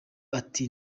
ati